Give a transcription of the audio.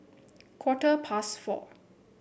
quarter past four